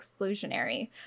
exclusionary